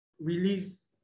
release